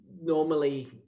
normally